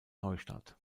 neustadt